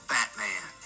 Batman